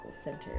center